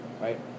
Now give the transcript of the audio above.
right